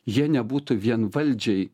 jie nebūtų vienvaldžiai